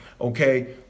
okay